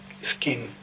skin